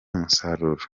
umusaruro